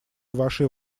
вашей